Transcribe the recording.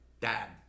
Dad